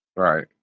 Right